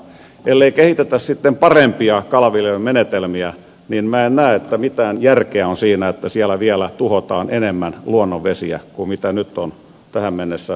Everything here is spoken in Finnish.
ellei sitten kehitetä parempia kalanviljelymenetelmiä minä en näe että mitään järkeä on siinä että siellä tuhotaan vielä enemmän luonnonvesiä kuin nyt on tähän mennessä tapahtunut